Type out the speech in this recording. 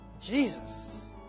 Jesus